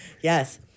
Yes